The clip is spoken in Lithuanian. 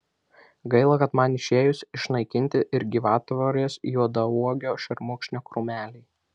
gaila kad man išėjus išnaikinti ir gyvatvorės juodauogio šermukšnio krūmeliai